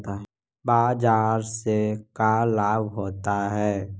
बाजार से का लाभ होता है?